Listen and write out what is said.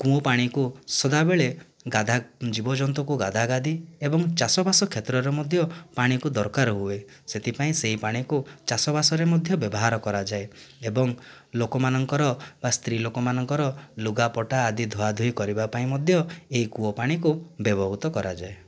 କୂଅ ପାଣିକୁ ସବୁବେଳେ ଗାଧା ଜୀବଜନ୍ତୁଙ୍କୁ ଗାଧା ଗାଧି ଏବଂ ଚାଷ ବାସ କ୍ଷେତ୍ରରେ ମଧ୍ୟ ପାଣିକୁ ଦରକାର ହୁଏ ସେଥିପାଇଁ ସେହି ପାଣିକୁ ଚାଷବାସରେ ମଧ୍ୟ ବ୍ୟବହାର କରାଯାଏ ଏବଂ ଲୋକମାନଙ୍କର ବା ସ୍ତ୍ରୀ ଲୋକମାନଙ୍କର ଲୁଗାପଟା ଆଦି ଧୁଆ ଧୋଇ କରିବା ପାଇଁ ମଧ୍ୟ ଏହି କୂଅ ପାଣିକୁ ବ୍ୟବହୃତ କରାଯାଏ